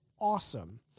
awesome